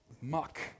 muck